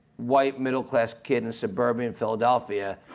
white, middle-class kid in suburban philadelphia,